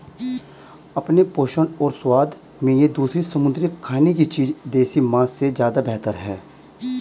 अपने पोषण और स्वाद में ये दूसरी समुद्री खाने की चीजें देसी मांस से ज्यादा बेहतर है